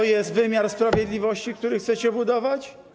To jest wymiar sprawiedliwości, który chcecie budować?